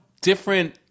different